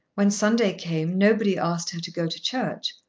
when sunday came nobody asked her to go to church.